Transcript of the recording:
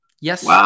Yes